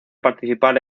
participar